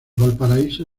valparaíso